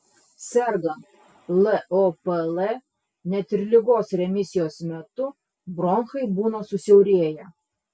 sergant lopl net ir ligos remisijos metu bronchai būna susiaurėję